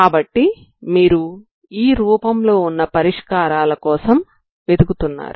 కాబట్టి మీరు ఈ రూపంలో వున్న పరిష్కారాల కోసం వెదుకుతున్నారు